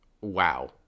wow